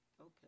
Okay